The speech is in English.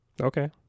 Okay